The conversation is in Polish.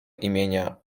imienia